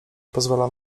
pozwala